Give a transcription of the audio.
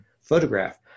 photograph